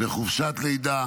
וחופשת לידה